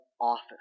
office